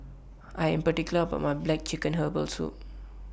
I Am particular about My Black Chicken Herbal Soup